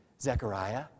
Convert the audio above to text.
Zechariah